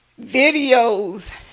videos